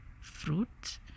fruit